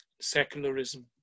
secularism